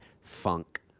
funk